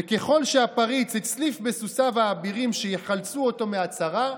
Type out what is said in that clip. וככל שהפריץ הצליף בסוסיו האבירים שיחלצו אותו מהצרה,